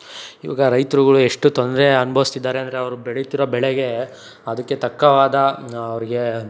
ಇವಾಗ ರೈತರುಗಳು ಎಷ್ಟು ತೊಂದರೆ ಅನ್ಬೌಸ್ತಿದ್ದಾರೆ ಅಂದರೆ ಅವ್ರು ಬೆಳಿತಿರೋ ಬೆಳೆಗೆ ಅದಕ್ಕೆ ತಕ್ಕವಾದ ಅವ್ರಿಗೆ